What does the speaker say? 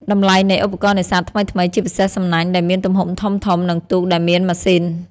តម្លៃនៃឧបករណ៍នេសាទថ្មីៗ ជាពិសេសសំណាញ់ដែលមានទំហំធំៗ និងទូកដែលមានម៉ាស៊ីន។